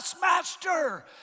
Master